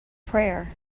prayer